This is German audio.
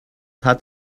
hat